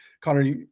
Connor